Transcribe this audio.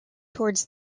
towards